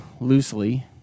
loosely